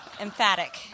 Emphatic